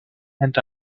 and